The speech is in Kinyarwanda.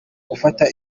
gufata